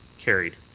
carried.